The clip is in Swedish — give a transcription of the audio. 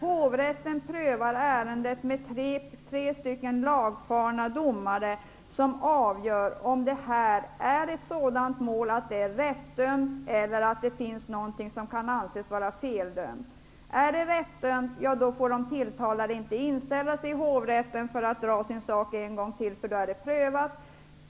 Hovrätten prövar ärendet med tre lagfarna domare, vilka avgör om detta mål är rättdömt eller om det finns någonting som kan anses vara feldömt. Är det rättdömt får de tilltalade inte inställa sig i hovrätten för att dra sin sak en gång till, eftersom saken då är prövad.